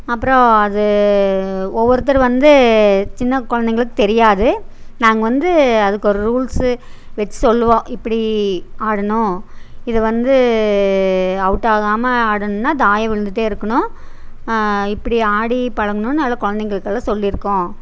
அப்புறோம் அது ஒவ்வொருத்தர் வந்து சின்ன குழந்தைகளுக்கு தெரியாது நாங்கள் வந்து அதுக்கு ஒரு ரூல்ஸு வச்சி சொல்லுவோம் இப்படி ஆடணும் இது வந்து அவுட் ஆகாம ஆடணும்ன்னா தாயம் விழுந்துகிட்டே இருக்கணும் இப்படி ஆடி பழகணும்ன்னு நல்லா குழந்தைகளுக்கெல்லாம் சொல்லி இருக்கோம்